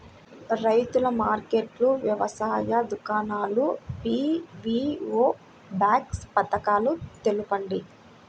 రైతుల మార్కెట్లు, వ్యవసాయ దుకాణాలు, పీ.వీ.ఓ బాక్స్ పథకాలు తెలుపండి?